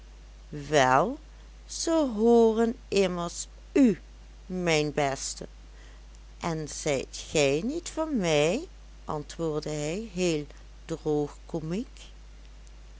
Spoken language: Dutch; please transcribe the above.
wel ze hooren immers u mijn beste en zijt gij niet van mij antwoordde hij heel